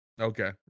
okay